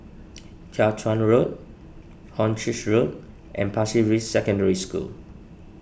Jiak Chuan Road Hornchurch Road and Pasir Ris Secondary School